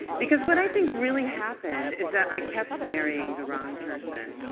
because what i think really happened is that i kept marrying the wrong person.